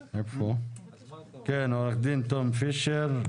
עו"ד תום פישר,